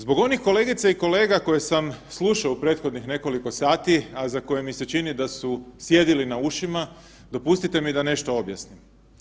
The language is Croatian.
Zbog onih kolegica i kolega koje sam slušao u prethodnih nekoliko sati, a za koje mi se čini da su sjedili na ušima dopustite mi da nešto objasnim.